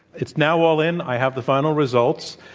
it's now all in. i have the final results.